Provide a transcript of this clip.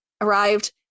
Arrived